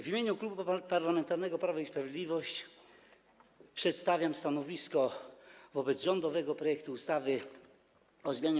W imieniu Klubu Parlamentarnego Prawo i Sprawiedliwość przedstawiam stanowisko wobec rządowego projektu ustawy o zmianie